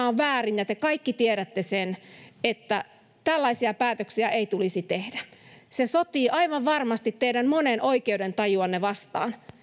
on väärin ja te kaikki tiedätte sen että tällaisia päätöksiä ei tulisi tehdä se sotii aivan varmasti teidän monen oikeudentajua vastaan